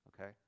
okay